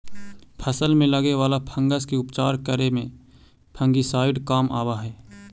फसल में लगे वाला फंगस के उपचार करे में फंगिसाइड काम आवऽ हई